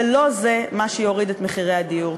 ולא זה מה שיוריד את מחירי הדיור.